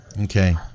Okay